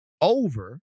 over